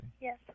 Yes